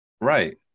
Right